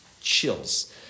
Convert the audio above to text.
chills